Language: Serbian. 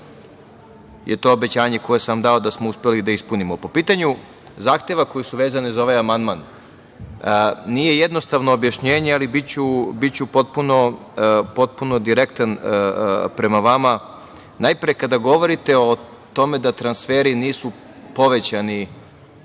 da to obećanje koje sam vam dao da smo uspeli da ispunimo. Po pitanju zahteva koji su vezani za ovaj amandman, nije jednostavno objašnjenje, ali biću potpuno direktan prema vama, najpre kada govorite o tome da transferi nisu povećani